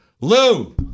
Lou